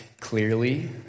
clearly